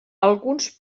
alguns